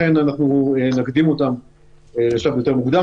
פרופ' גרוטו,